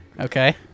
Okay